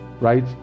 right